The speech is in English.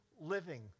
living